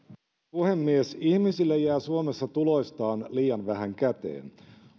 puhemies ihmisille jää suomessa tuloistaan liian vähän käteen